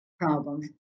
problems